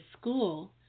school